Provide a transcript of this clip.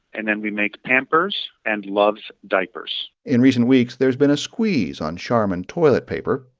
and then we make pampers and luvs diapers in recent weeks, there's been a squeeze on charmin toilet paper.